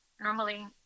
normally